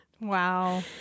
Wow